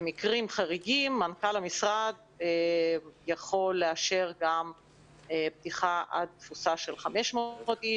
במקרים חריגים מנכ"ל המשרד יכול לאשר גם פתיחה עד תפוסה שלך 500 אנשים.